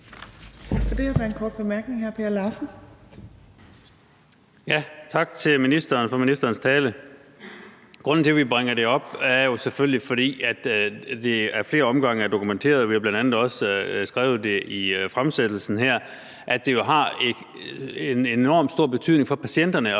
Tak for det. Der er en kort bemærkning. Kl. 18:57 Per Larsen (KF): Tak til ministeren for talen. Grunden til, at vi bringer det op, er jo selvfølgelig, at det ad flere omgange er blevet dokumenteret – vi har bl.a. også skrevet det i fremsættelsen – at det har en enormt stor betydning for patienterne